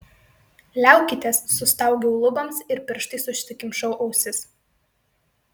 liaukitės sustaugiau luboms ir pirštais užsikimšau ausis